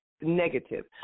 negative